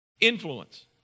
Influence